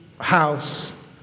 house